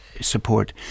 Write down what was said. support